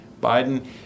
Biden